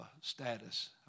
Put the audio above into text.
status